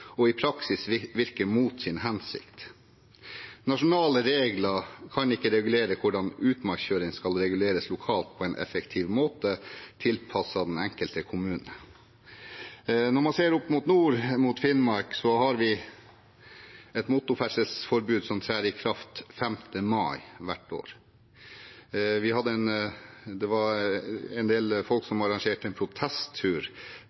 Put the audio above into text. og i praksis virker mot sin hensikt. Nasjonale regler kan ikke regulere hvordan utmarkskjøring skal reguleres lokalt på en effektiv måte tilpasset den enkelte kommune. Når man ser opp mot nord, mot Finnmark, har vi et motorferdselsforbud som trer i kraft 5. mai hvert år. Det var en del folk